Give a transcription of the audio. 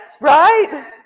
right